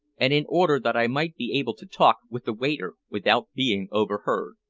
and in order that i might be able to talk with the waiter without being overheard.